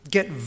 get